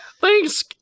Thanks